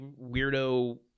weirdo